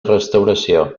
restauració